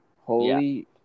holy